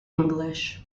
english